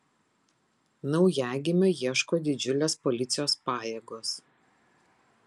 naujagimio ieško didžiulės policijos pajėgos